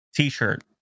t-shirt